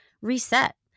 reset